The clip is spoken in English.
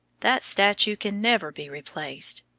that statue can never be replaced,